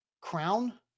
crown